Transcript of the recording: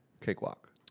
Cakewalk